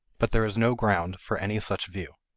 but there is no ground for any such view.